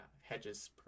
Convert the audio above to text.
hedges